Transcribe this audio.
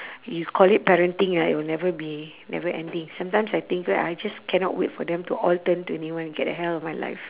you call it parenting right it'll never be never ending sometimes I think right I just cannot wait for them to all turn twenty one get the hell of my life